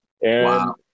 Wow